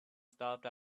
stopped